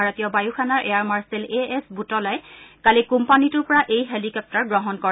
ভাৰতীয় বায়ু সেনাৰ এয়াৰ মাৰ্ঘেল এ এছ বুটলাই কালি কোম্পানীটোৰ পৰা এই হেলিকপ্তাৰ গ্ৰহণ কৰে